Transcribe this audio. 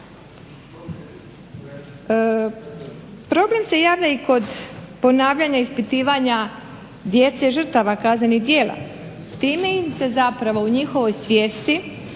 Problem se javlja i kod ponavljanja ispitivanja djece žrtava kaznenih djela. Time ih se zapravo u njihovoj svijesti